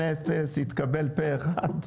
הצבעה אושר אושר פה אחד.